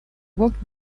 walked